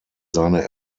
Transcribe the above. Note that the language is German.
seine